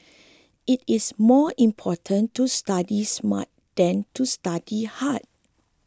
it is more important to study smart than to study hard